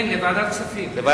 כן, לוועדת הכספים.